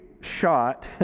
shot